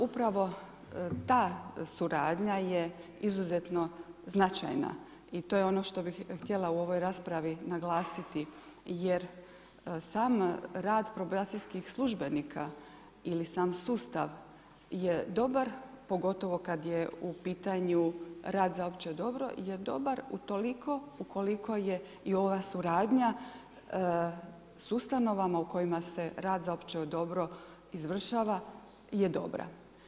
Upravo ta suradnja je izuzetno značajna i to je ono što bih htjela u ovoj raspravi naglasiti jer sam rad probacijskih službenika ili sam sustav je dobar, pogotovo kad je u pitanju rad za opće dobro, je dobar utoliko ukoliko je i ova suradnja s ustanovama u kojima se rad za opće dobro izvršava je dobra.